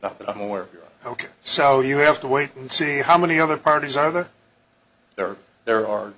not that i'm aware ok so you have to wait and see how many other parties either there or there are